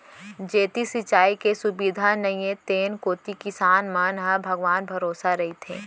जेती सिंचाई के सुबिधा नइये तेन कोती किसान मन ह भगवान भरोसा रइथें